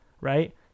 right